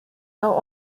are